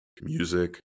music